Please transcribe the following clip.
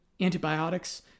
antibiotics